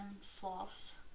sloths